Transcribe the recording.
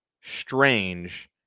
strange